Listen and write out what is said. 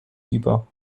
über